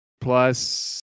plus